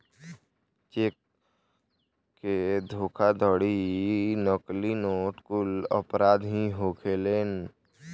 check के धोखाधड़ी, नकली नोट कुल अपराध ही होखेलेन